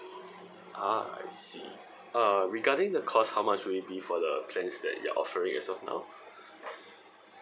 ah I see uh regarding the cost how much will it be for the plans that you're offering as of now